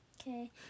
Okay